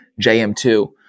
JM2